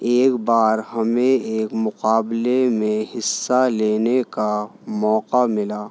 ایک بار ہمیں ایک مقابلے میں حصہ لینے کا موقع ملا